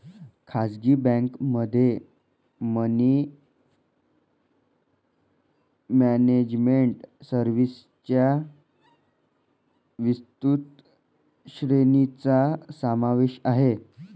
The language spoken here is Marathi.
खासगी बँकेमध्ये मनी मॅनेजमेंट सर्व्हिसेसच्या विस्तृत श्रेणीचा समावेश आहे